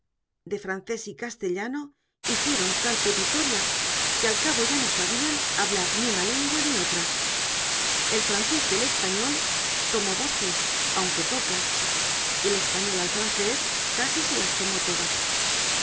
de francés y castellano hicieron tal pepitoria que al cabo ya no sabían hablar ni una lengua ni otra el francés del español tomó voces aunque pocas el español al francés casi se las tomó todas